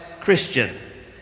Christian